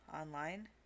online